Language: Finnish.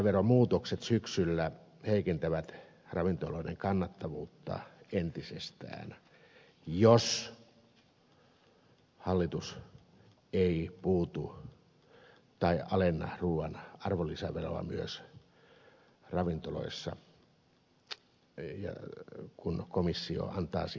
arvonlisäveromuutokset syksyllä heikentävät ravintoloiden kannattavuutta entisestään jos hallitus ei alenna ruuan arvonlisäveroa myös ravintoloiden osalta kun komissio antaa siihen mahdollisuuden